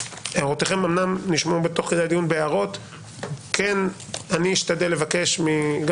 הערותיכם אמנם נשמעו תוך כדי הדיון בהערות אבל אני אשתדל לבקש גם